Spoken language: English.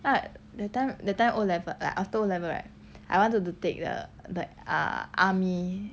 what that time that time O level like after O level right I wanted to take the err ah army